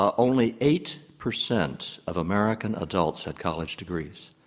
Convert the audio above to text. ah only eight percent of american adults had college degrees.